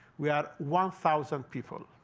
we are one thousand people.